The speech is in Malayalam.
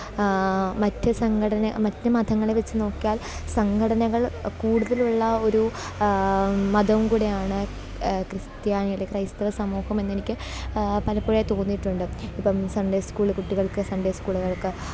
മറ്റു സംഘടന മറ്റു മതങ്ങളെ വെച്ചു നോക്കിയാൽ സംഘടനകൾ കൂടുതലുള്ള ഒരു മതവും കൂടിയാണ് ക്രിസ്ത്യാനികൾ ക്രൈസ്തവ സമൂഹം എന്നെനിക്ക് പലപ്പോഴായി തോന്നിയിട്ടുണ്ട് ഇപ്പം സണ്ടെ സ്കൂളിലെ കുട്ടികൾക്ക് സണ്ടെ സ്കൂളുകൾക്ക്